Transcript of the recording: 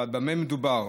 במה מדובר?